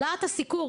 להט הסיקור.